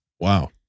wow